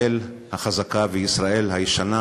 החזקה וישראל הישנה,